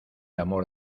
amor